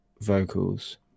vocals